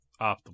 Optimal